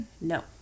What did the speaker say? No